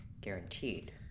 guaranteed